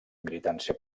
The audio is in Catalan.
militància